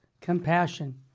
compassion